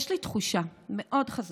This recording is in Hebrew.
יש לי תחושה מאוד חזקה